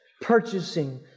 purchasing